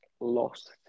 Lost